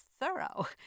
thorough